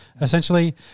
essentially